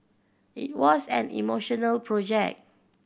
it was an emotional project